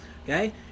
Okay